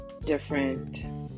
different